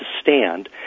stand